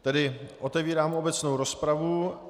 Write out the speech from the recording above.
Tedy otevírám obecnou rozpravu.